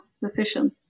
decision